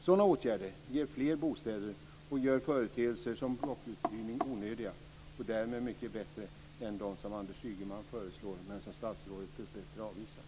Sådana åtgärder ger fler bostäder och gör företeelser som blockuthyrning onödiga. De är därmed mycket bättre än de som Anders Ygeman föreslår men som statsrådet dessbättre avvisar.